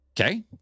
Okay